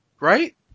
right